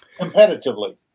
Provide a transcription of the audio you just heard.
competitively